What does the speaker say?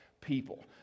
people